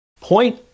Point